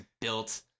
built